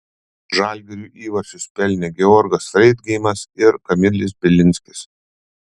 žalgiriui įvarčius pelnė georgas freidgeimas ir kamilis bilinskis